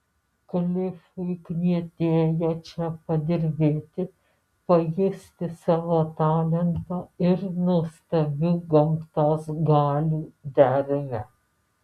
klifui knietėjo čia padirbėti pajusti savo talento ir nuostabių gamtos galių dermę